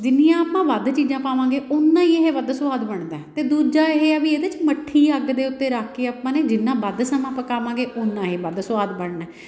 ਜਿੰਨੀਆਂ ਆਪਾਂ ਵੱਧ ਚੀਜ਼ਾਂ ਪਾਵਾਂਗੇ ਓਨਾ ਹੀ ਇਹ ਵੱਧ ਸਵਾਦ ਬਣਦਾ ਅਤੇ ਦੂਜਾ ਇਹ ਹੈ ਵੀ ਇਹਦੇ 'ਚ ਮੱਠੀ ਅੱਗ ਦੇ ਉੱਤੇ ਰੱਖ ਕੇ ਆਪਾਂ ਨੇ ਜਿੰਨਾ ਵੱਧ ਸਮਾਂ ਪਕਾਵਾਂਗੇ ਓਨਾ ਇਹ ਵੱਧ ਸਵਾਦ ਬਣਨਾ